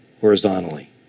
horizontally